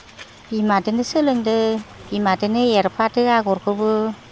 बिमादोनो सोलोंदो बिमादोनो एरफादो आगरखोबो